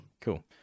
cool